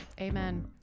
amen